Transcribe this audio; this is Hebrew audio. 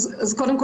קריטי.